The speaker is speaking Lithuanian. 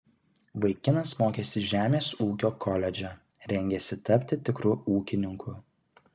vaikinas mokėsi žemės ūkio koledže rengėsi tapti tikru ūkininku